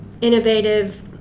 innovative